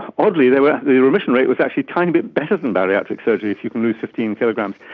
oddly the the remission rate was actually a tiny bit better than bariatric surgery if you can lose fifteen kg. um